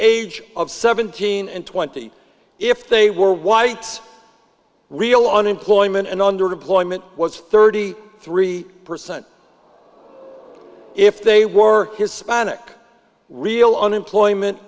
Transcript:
age of seventeen and twenty if they were whites real unemployment and underemployment was thirty three percent if they were hispanic real unemployment